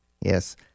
Yes